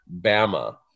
BAMA